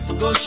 go